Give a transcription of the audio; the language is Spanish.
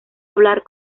hablar